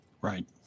Right